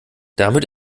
damit